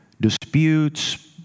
disputes